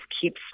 keeps